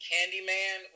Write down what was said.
Candyman